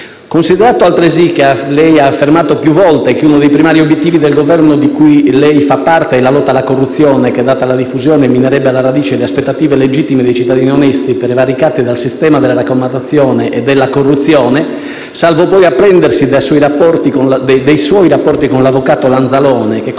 Considerato, altresì, che lei ha affermato più volte che uno dei primari obiettivi del Governo di cui lei fa parte è la lotta alla corruzione, che, data la diffusione, minerebbe alla radice le aspettative legittime dei cittadini onesti, prevaricate dal sistema delle raccomandazioni e della corruzione, salvo poi apprendersi dei suoi rapporti con l'avvocato Lanzalone, che